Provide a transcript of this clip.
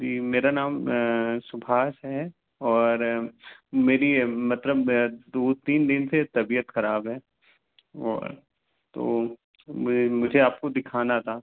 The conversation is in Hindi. जी मेरा नाम सुभाश है और मेरी मतलब मैं दो तीन दिन से तबीयत ख़राब है वो तो मैं मुझे आपको दिखाना था